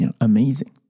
amazing